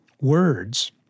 words